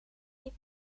niet